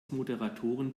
moderatoren